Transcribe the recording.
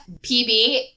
PB